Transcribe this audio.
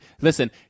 Listen